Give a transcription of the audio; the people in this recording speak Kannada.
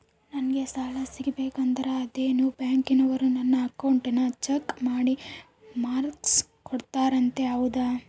ನಂಗೆ ಸಾಲ ಸಿಗಬೇಕಂದರ ಅದೇನೋ ಬ್ಯಾಂಕನವರು ನನ್ನ ಅಕೌಂಟನ್ನ ಚೆಕ್ ಮಾಡಿ ಮಾರ್ಕ್ಸ್ ಕೋಡ್ತಾರಂತೆ ಹೌದಾ?